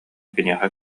киниэхэ